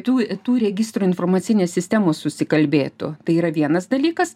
tų tų registrų informacinės sistemos susikalbėtų tai yra vienas dalykas